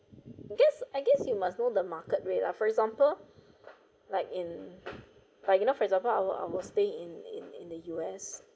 I guess I guess you must know the market rate lah for example like in like you know for example I will I will stay in in in the U_S